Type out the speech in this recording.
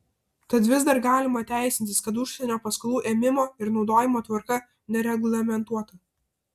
tad vis dar galima teisintis kad užsienio paskolų ėmimo ir naudojimo tvarka nereglamentuota